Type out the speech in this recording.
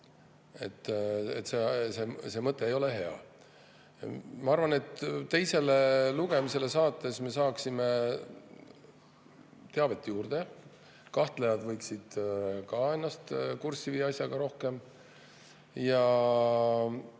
et see mõte ei ole hea. Ma arvan, et teisele lugemisele saates me saaksime teavet juurde, kahtlejad võiksid ennast rohkem kurssi viia asjaga ja